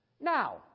Now